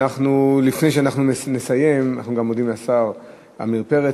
לפני שנסיים, אנחנו גם מודים לשר עמיר פרץ.